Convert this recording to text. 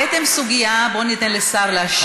תדבר כמו שר, העליתם סוגיה, בואו ניתן לשר להשיב.